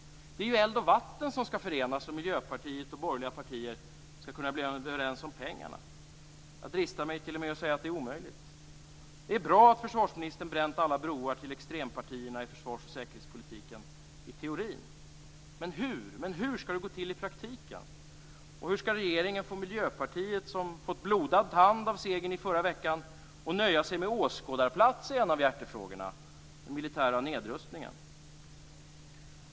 Det är ju eld och vatten som skall förenas om Miljöpartiet och borgerliga partier skall bli överens om pengar. Jag dristar mig till att säga att det är omöjligt. Det är bra att försvarsministern bränt alla broar till extrempartierna i försvars och säkerhetspolitiken - i teorin. Men hur skall det gå till i praktiken? Hur skall regeringen få Miljöpartiet, som fått blodad tand av segern i förra veckan, att nöja sig med åskådarplats i en av hjärtefrågorna - militär nedrustning?